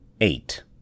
Eight